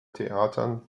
theatern